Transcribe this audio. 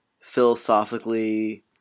philosophically